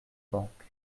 banque